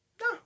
no